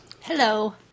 Hello